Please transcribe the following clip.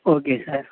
okay sir